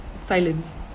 Silence